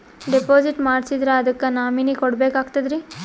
Deposit ಮಾಡ್ಸಿದ್ರ ಅದಕ್ಕ nominee ಕೊಡಬೇಕಾಗ್ತದ್ರಿ?